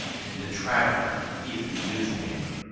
in the traveller evening newspaper.